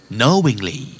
Knowingly